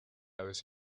aves